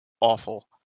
awful